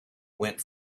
went